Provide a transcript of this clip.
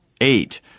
eight